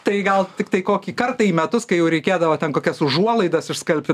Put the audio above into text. tai gal tiktai kokį kartą į metus kai jau reikėdavo ten kokias užuolaidas išskalbti